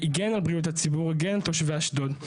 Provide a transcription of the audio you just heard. הגן על בריאות הציבור, הגן על תושבי אשדוד.